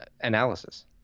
analysis